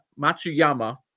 Matsuyama